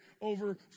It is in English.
over